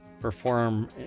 perform